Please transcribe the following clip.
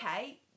okay